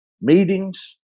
meetings